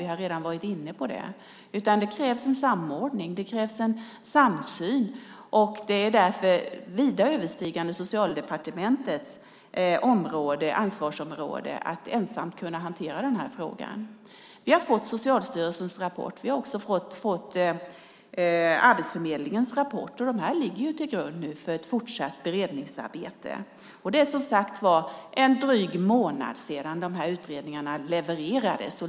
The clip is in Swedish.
Vi har redan varit inne på det. Det krävs en samordning och samsyn. Det är därför vida överstigande Socialdepartementets ansvarsområde att ensamt hantera frågan. Vi har fått Socialstyrelsens rapport, och vi har också fått Arbetsförmedlingens rapport. Dessa ligger till grund för ett fortsatt beredningsarbete. Det är en dryg månad sedan utredningarna levererades.